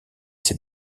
ses